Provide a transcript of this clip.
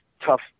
tough